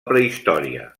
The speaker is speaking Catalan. prehistòria